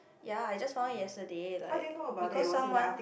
ya I just found it yesterday like because someone